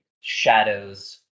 shadows